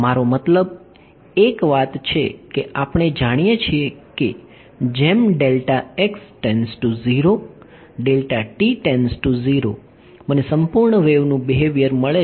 મારો મતલબ એક વાત છે કે આપણે જાણીએ છીએ કે જેમ મને સંપૂર્ણ વેવનું બિહેવિયર મળે છે